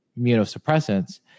immunosuppressants